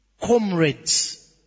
comrades